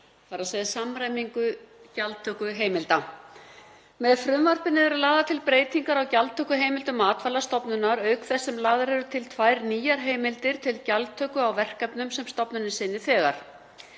Matvælastofnunar (samræming gjaldtökuheimilda). Með frumvarpinu eru lagðar til breytingar á gjaldtökuheimildum Matvælastofnunar auk þess sem lagðar eru til tvær nýjar heimildir til gjaldtöku á verkefnum sem stofnunin sinnir þegar.